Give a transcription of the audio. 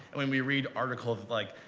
when we read articles like,